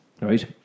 Right